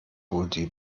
wohl